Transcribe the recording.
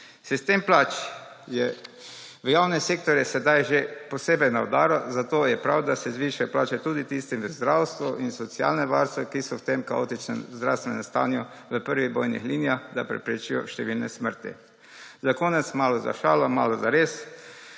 Sistem plač je v javnem sektorju sedaj že posebej na udaru, zato je prav, da se zvišajo plače tudi tistim v zdravstvu in v socialnem varstvu, ki so v tem kaotičnem zdravstvenem stanju v prvih bojnih linijah, da preprečijo številne smrti. Za konec malo za šalo malo za res;